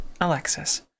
Alexis